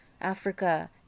africa